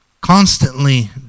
constantly